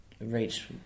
reach